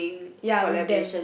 ya with them